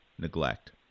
neglect